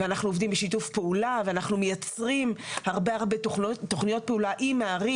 ואנחנו עובדים בשיתוף פעולה ואנחנו מייצרים הרבה תכניות פעולה עם הערים.